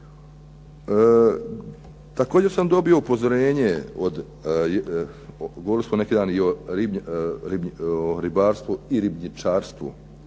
Također sam dobio upozorenje, govorili smo neki dan o ribarstvu i ribnjičarstvu,